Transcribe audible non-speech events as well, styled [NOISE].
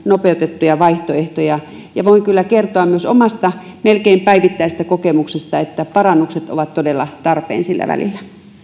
[UNINTELLIGIBLE] nopeutettuja vaihtoehtoja voin kyllä kertoa myös omasta melkein päivittäisestä kokemuksestani että parannukset ovat todella tarpeen sillä välillä